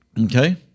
Okay